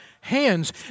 hands